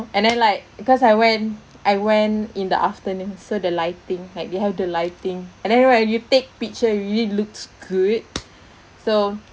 and then like because I went I went in the afternoon so the lighting like they have the lighting and then what you take picture really looks good so